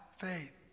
faith